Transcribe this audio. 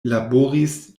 laboris